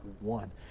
one